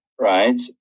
Right